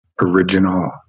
original